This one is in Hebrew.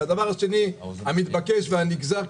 הדבר השני המתבקש והנגזר,